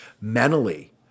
mentally